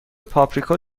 پاپریکا